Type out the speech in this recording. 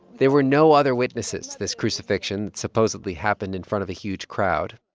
there were no other witnesses to this crucifixion that supposedly happened in front of a huge crowd.